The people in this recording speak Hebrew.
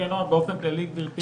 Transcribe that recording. באופן כללי, גברתי.